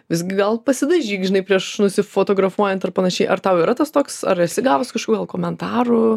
visgi gal pasidažyk žinai prieš nusifotografuojant ir panašiai ar tau yra tas toks ar esi gavus kažkokių gal komentarų